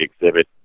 exhibit